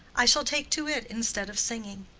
i shall take to it instead of singing.